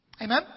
Amen